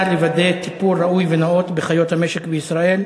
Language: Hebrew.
לוודא טיפול ראוי ונאות בחיות המשק בישראל,